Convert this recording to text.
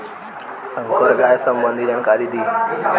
संकर गाय संबंधी जानकारी दी?